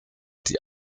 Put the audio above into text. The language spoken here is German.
die